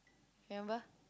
remember